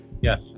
Yes